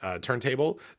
turntable